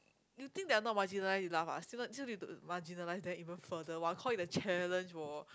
you think they're not marginalise enough ah still still need to marginalise them even further while call it a challenge orh